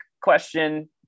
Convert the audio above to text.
question